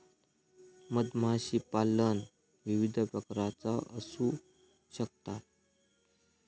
मधमाशीपालन विविध प्रकारचा असू शकता